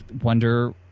wonder